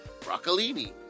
broccolini